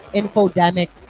infodemic